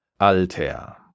alter